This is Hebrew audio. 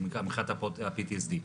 מבחינת ה-PTSD.